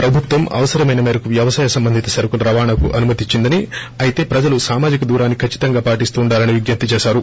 ప్రభుత్వం అవసరమైన మేరకు వ్యవసాయ సంబంధిత సరకుల రవాణాకు అనుమతి ఇచ్చిందని అయితే ప్రజలు సామాజిక దూరాన్ని కచ్చితంగా పాటిస్తూ ఉండాలని విజ్ఞప్తి చేశారు